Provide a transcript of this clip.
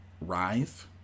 rise